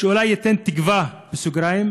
שאולי ייתן תקווה, במירכאות,